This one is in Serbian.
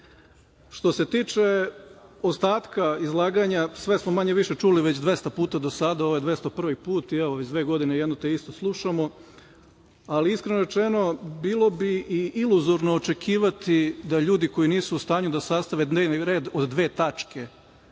zna. Što se tiče ostatka izlaganja, sve smo više-manje čuli već 200 puta do sada, ovo je 201 put i, evo, već dve godine jedno te isto slušamo. Iskreno rečeno, bilo bi iluzorno očekivati od ljudi koji nisu u stanju da sastave dnevni red od dve tačke